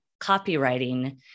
copywriting